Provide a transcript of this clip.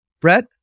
Brett